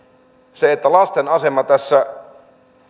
että tässä